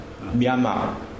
Myanmar